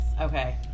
Okay